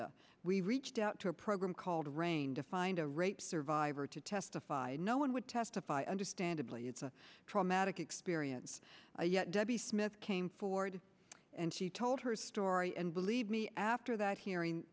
we reached out to a program called rain to find a rape survivor to testify and no one would testify understandably it's a traumatic experience yet debbie smith came forward and she told her story and believe me after that hearing